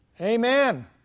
Amen